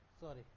Sorry